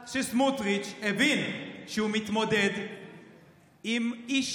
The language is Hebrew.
בגלל שסמוטריץ' הבין שהוא מתמודד עם איש